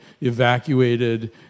evacuated